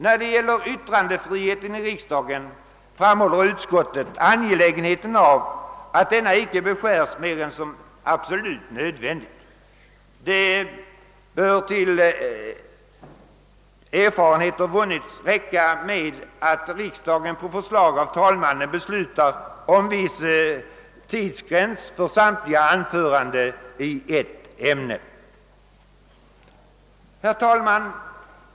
Vad beträffar yttrandefriheten i riksdagen framhåller utskottet angelägenheten av att denna inte beskärs mer än absolut nödvändigt. Det bör tills erfarenheter vunnits räcka med att riksdagen på förslag av talmannen beslutar om viss tidsbegränsning av samtliga anföranden i ett ärende. Herr talman!